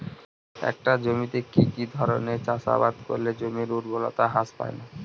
একটা জমিতে কি কি ধরনের চাষাবাদ করলে জমির উর্বরতা হ্রাস পায়না?